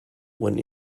when